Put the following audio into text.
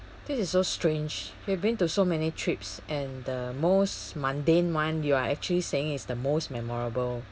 this is so strange we've been to so many trips and the most mundane one you are actually saying it's the most memorable